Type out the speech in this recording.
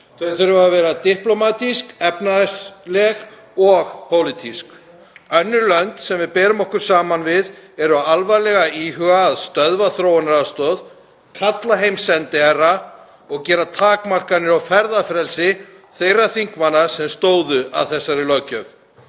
Þau þurfa að vera diplómatísk, efnahagsleg og pólitísk. Önnur lönd sem við berum okkur saman við eru alvarlega að íhuga að stöðva þróunaraðstoð, kalla heim sendiherra og gera takmarkanir á ferðafrelsi þeirra þingmanna sem stóðu að þessari löggjöf.